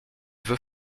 veut